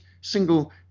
single